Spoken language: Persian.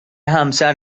همسر